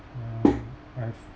uh I've